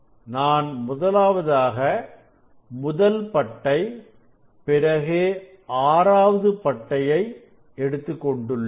நான் முதலாவதாக முதல் பட்டை பிறகு 6வது பட்டை எடுத்துக் கொண்டுள்ளேன்